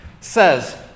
says